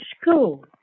school